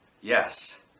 Yes